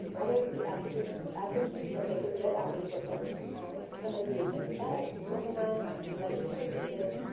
other key attributes attributes that make a good outreach worker um somebody who is empathetic, organized, politely persistent,